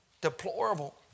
Deplorable